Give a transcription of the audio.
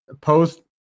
post